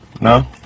No